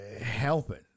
helping